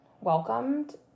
welcomed